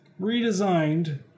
redesigned